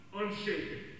unshaken